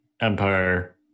Empire